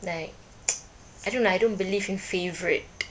like I don't know I don't believe in favourite